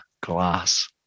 glass